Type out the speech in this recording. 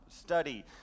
study